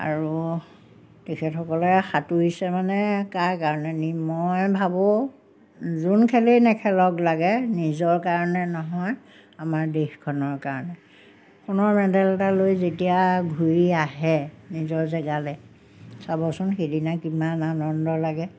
আৰু তেখেতসকলে সাঁতোৰিছে মানে কাৰ কাৰণে নি মই ভাবোঁ যোন খেলেই নেখেলক লাগে নিজৰ কাৰণে নহয় আমাৰ দেশখনৰ কাৰণে সোণৰ মেডেল এটা লৈ যেতিয়া ঘূৰি আহে নিজৰ জেগালৈ চাবচোন সেইদিনা কিমান আনন্দ লাগে